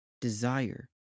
desire